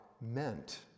meant